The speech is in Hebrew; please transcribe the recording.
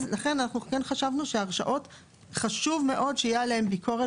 לכן כן חשבנו שחשוב מאוד שתהיה ביקורת